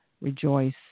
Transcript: rejoice